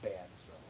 bands